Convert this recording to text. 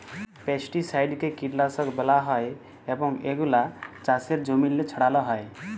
পেস্টিসাইডকে কীটলাসক ব্যলা হ্যয় এবং এগুলা চাষের জমিল্লে ছড়াল হ্যয়